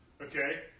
okay